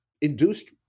induced